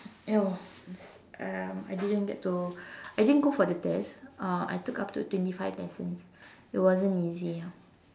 no it's um I didn't get to I didn't go for the test uh I took up to twenty five lessons it wasn't easy ah